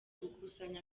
gukusanya